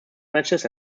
matches